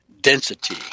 density